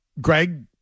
Greg